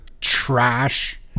trash